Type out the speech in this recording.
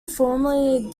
formerly